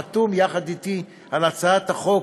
החתום יחד אתי על הצעת החוק,